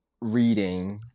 reading